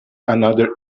another